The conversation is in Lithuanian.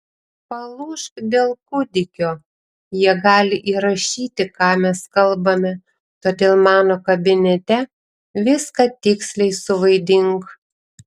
palūžk dėl kūdikio jie gali įrašyti ką mes kalbame todėl mano kabinete viską tiksliai suvaidink